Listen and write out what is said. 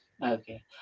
Okay